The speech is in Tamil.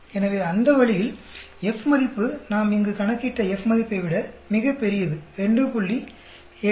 எனவே அந்த வழியில் F மதிப்பு நாம் இங்கு கணக்கிட்ட F மதிப்பை விட மிகப் பெரியது 2